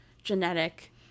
genetic